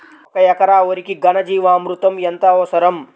ఒక ఎకరా వరికి ఘన జీవామృతం ఎంత అవసరం?